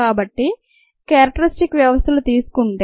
కాబట్టి క్యేరక్టరిస్టిక్ వ్యవస్థలను తీసుకుంటే